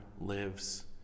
lives